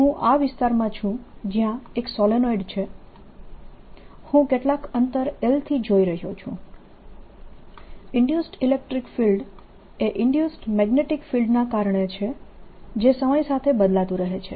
હું આ વિસ્તારમાં છું જ્યાં એક સોલેનોઇડ છે હું કેટલાક અંતર l થી જોઈ રહ્યો છું ઈન્ડયુસ્ડ ઇલેક્ટ્રીક ફિલ્ડ એ ઈન્ડયુસ્ડ મેગ્નેટીક ફિલ્ડના કારણે છે જે સમય બદલાતું રહે છે